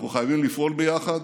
אנחנו חייבים לפעול ביחד,